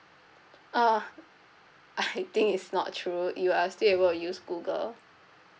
uh I think it's not true you are still able to use Google